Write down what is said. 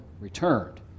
returned